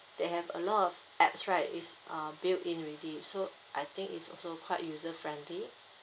they have a lot of apps right is uh built in already so I think it's also quite user friendly